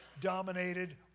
dominated